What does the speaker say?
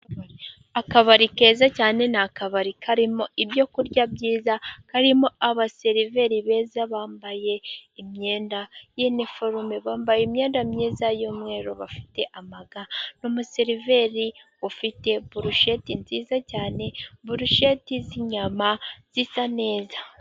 Akabari keza cyane, ni akabari karimo ibyo kurya byiza, karimo abaseriveri beza, bambaye imyenda ya iniforume, bambaye imyenda myiza y'umweru, bafite amaga n'umuseriveri ufite burusheti nziza cyane, burusheti z'inyama zisa neza.